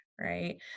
right